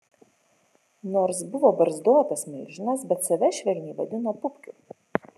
nors buvo barzdotas milžinas bet save švelniai vadino pupkiu